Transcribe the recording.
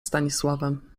stanisławem